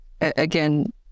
again